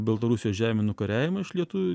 baltarusijos žemių nukariavimą iš lietuvių